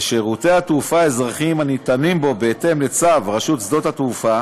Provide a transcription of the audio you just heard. ושירותי התעופה האזרחיים הניתנים בו בהתאם לצו רשות שדות-התעופה